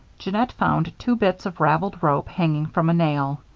jeannette found two bits of raveled rope, hanging from a nail.